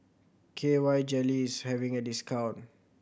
K Y Jelly is having a discount